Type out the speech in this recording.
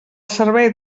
servei